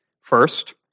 First